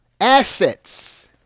Assets